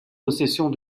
possessions